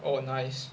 oh nice